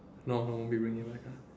no I won't be bringing back